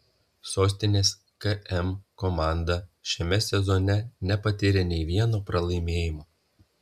sostinės km komanda šiame sezone nepatyrė nei vieno pralaimėjimo